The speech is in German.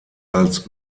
als